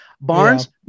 Barnes